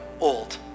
old